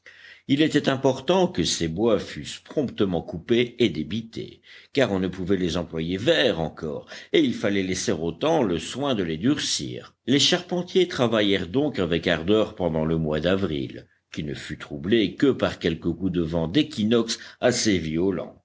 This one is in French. il était important que ces bois fussent promptement coupés et débités car on ne pouvait les employer verts encore et il fallait laisser au temps le soin de les durcir les charpentiers travaillèrent donc avec ardeur pendant le mois d'avril qui ne fut troublé que par quelques coups de vent d'équinoxe assez violents